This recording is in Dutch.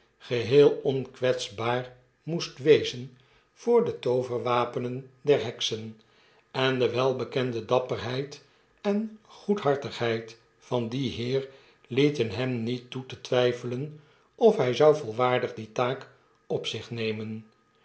geheel onkwetsbaar moest wezen voor de tooverwapenen der heksen en de welbekende dapperheid en goedhartigheid van dien heer lieten hem niet toetetwyfelen of hy zou volvaardig die taak op zich nemen